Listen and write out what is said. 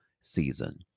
season